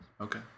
Okay